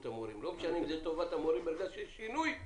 המורים לא משנה אם זה לטובת המורים ברגע שיש שינוי,